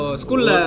school